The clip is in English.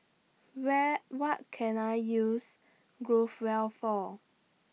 Where What Can I use Growell For